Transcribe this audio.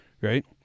Right